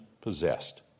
possessed